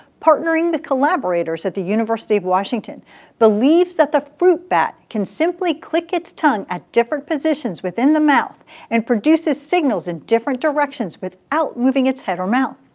partnering with collaborators at the university of washington believes that the fruit bat can simply click its tongue at different positions within the mouth and produces signals in different directions without moving its head or mouth.